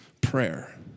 prayer